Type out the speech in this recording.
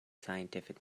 scientific